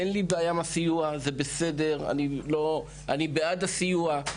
אין לי בעיה עם הסיוע, וזה בסדר ואני בעד הסיוע,